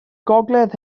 gogledd